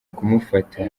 kumufata